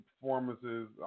performances